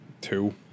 two